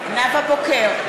בוקר,